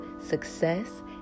success